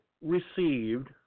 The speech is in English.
received